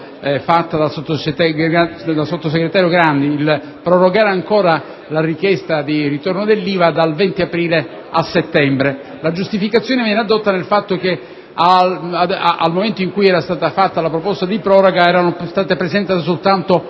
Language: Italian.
resa dal sottosegretario Grandi, di prorogare ancora la richiesta di rimborso dell'IVA dal 20 aprile a settembre. La giustificazione addotta è che nel momento in cui era stata fatta la proposta di proroga erano state presentate soltanto